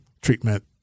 treatment